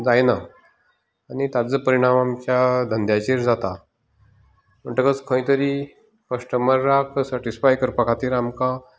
आनी ताचो परिणाम आमच्या धंद्याचेर जाता म्हणटकच खंयतरी कस्टमराक सेटीसफाय करपा खातीर आमकां